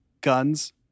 guns